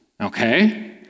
Okay